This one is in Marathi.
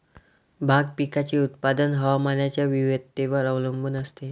भाग पिकाचे उत्पादन हवामानाच्या विविधतेवर अवलंबून असते